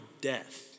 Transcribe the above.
death